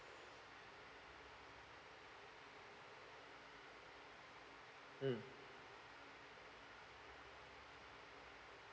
mm